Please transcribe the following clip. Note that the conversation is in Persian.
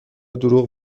دروغ